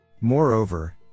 Moreover